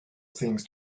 things